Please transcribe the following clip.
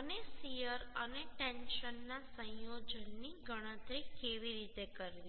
અને શીયર અને ટેન્શન ના સંયોજનની ગણતરી કેવી રીતે કરવી